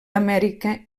amèrica